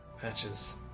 Patches